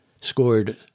Scored